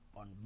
on